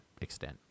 extent